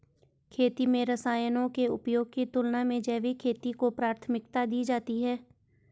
खेती में रसायनों के उपयोग की तुलना में जैविक खेती को प्राथमिकता दी जाती है